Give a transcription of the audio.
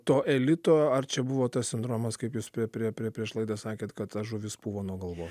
to elito ar čia buvo tas sindromas kaip jūs prie prie prie prieš laidą sakėt kad ta žuvis puvo nuo galvos